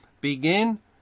begin